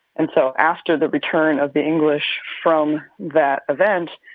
and so after the return of the english from that event,